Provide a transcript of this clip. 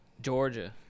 Georgia